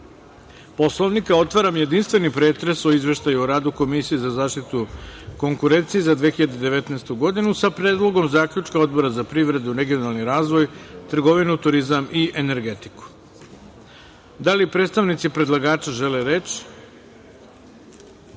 Poslovnika, otvaram jedinstveni pretres o Izveštaju o radu Komisije za zaštitu konkurencije za 2019. godinu sa Predlogom zaključka Odbora za privredu, regionalni razvoj, trgovinu, turizam i energetiku. Da li predstavnici predlagača žele